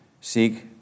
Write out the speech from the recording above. seek